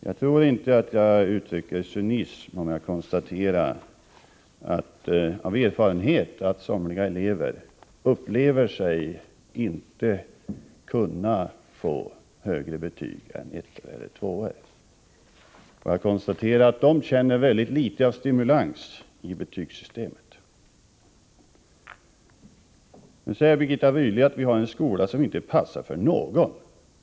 Jag tror inte att jag uttrycker cynism om jag konstaterar, av erfarenhet, att somliga elever upplever sig inte kunna få högre betyg än ettor eller tvåor. Jag konstaterar också att de finner väldigt litet av stimulans i betygssystemet. Nu säger Birgitta Rydle att vi har en skola som inte passar för någon.